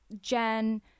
Jen